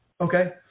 Okay